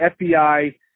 FBI